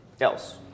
else